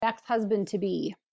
Ex-husband-to-be